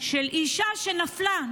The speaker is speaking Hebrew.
של אישה שנפלה,